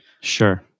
Sure